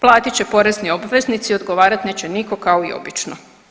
Platit će porezni obveznici, odgovarat neće niko kao i obično.